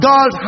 God